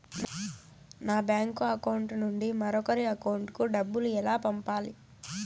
నా bank account నుండి మరొకరి అకౌంట్ కు డబ్బులు ఎలా పంపాలి